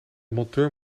monteur